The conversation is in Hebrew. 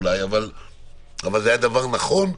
אבל זה היה דבר נכון,